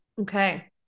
Okay